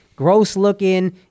gross-looking